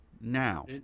now